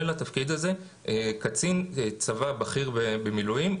לתפקיד נקח"ל קצין צבא בכיר במילואים,